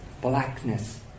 blackness